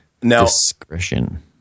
Discretion